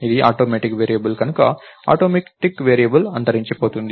ఇది automatic variable కనుక automatic variable అంతరించిపోతుంది